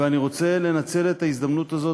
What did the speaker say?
אני רוצה לנצל את ההזדמנות הזאת,